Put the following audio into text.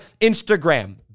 Instagram